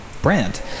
brand